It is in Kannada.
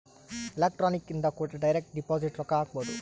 ಎಲೆಕ್ಟ್ರಾನಿಕ್ ಇಂದ ಕೂಡ ಡೈರೆಕ್ಟ್ ಡಿಪೊಸಿಟ್ ರೊಕ್ಕ ಹಾಕ್ಬೊದು